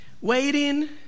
Waiting